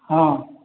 ହଁ